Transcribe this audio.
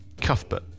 Cuthbert